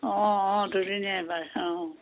অঁ অঁ দুদিনীয়া এইবাৰ অঁ